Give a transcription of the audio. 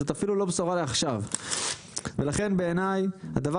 זאת אפילו לא בשורה לעכשיו ולכן בעיניי הדבר